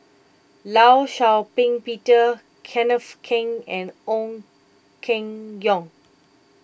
Law Shau Ping Peter Kenneth Keng and Ong Keng Yong